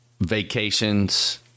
Vacations